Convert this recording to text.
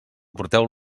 porteu